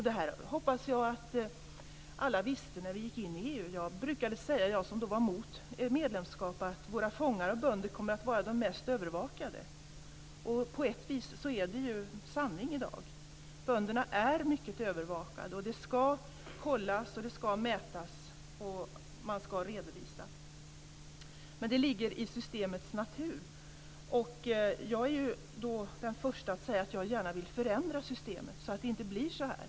Det här hoppas jag att alla visste om när vi gick in i EU. Jag som då var emot medlemskap brukade säga att våra fångar och bönder kommer att vara de mest övervakade. På ett vis är det ju sanning i dag. Bönderna är mycket övervakade. Det ska kollas, det ska mätas och man ska redovisa. Men det ligger i systemets natur. Jag är den första att säga att jag gärna vill förändra systemet så att det inte blir så här.